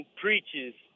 preaches